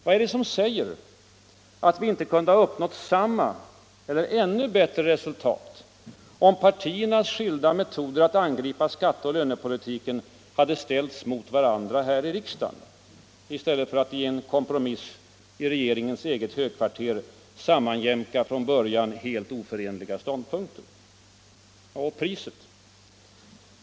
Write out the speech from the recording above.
Vad är det som säger att vi inte kunde ha uppnått samma eller ännu bättre resultat om partiernas skilda metoder att angripa skatteoch lönepolitiken hade ställts mot varandra här i riksdagen, i stället för att man i en kompromiss i regeringens eget högkvarter sammanjämkar från början helt oförenliga ståndpunkter? Och priset?